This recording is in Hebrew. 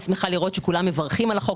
אני שמחה לראות שכולם מברכים על החוק.